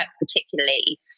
particularly